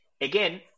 again